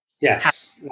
Yes